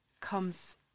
comes